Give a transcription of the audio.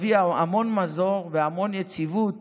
זה יביא המון מזור והמון יציבות